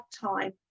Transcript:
time